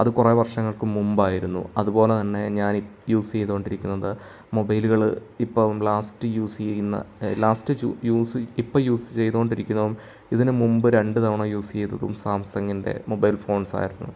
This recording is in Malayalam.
അത് കുറേ വർഷങ്ങൾക്കു മുൻപ് ആയിരുന്നു അതുപോലെ തന്നെ ഞാൻ ഇപ്പം യൂസ് ചെയ്തുകൊണ്ടിരിക്കുന്നത് മൊബൈലുകൾ ഇപ്പം ലാസ്റ്റ് യൂസ് ചെയ്യുന്ന ലാസ്റ്റ് യൂസ് ഇപ്പം യൂസ് ചെയ്തുകൊണ്ടിരിക്കുന്നതും ഇതിന് മുൻപ് രണ്ടു തവണ യൂസ് ചെയ്തതും സാംസങ്ങിൻ്റെ മൊബൈൽ ഫോൺസ് ആയിരുന്നു